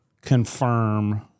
confirm